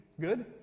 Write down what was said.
good